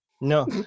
No